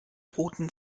roten